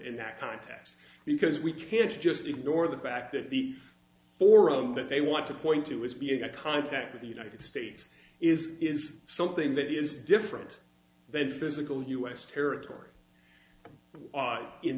in that context because we can't just ignore the fact that the forum that they want to point to as being a contact of the united states is is something that is different than physical us territory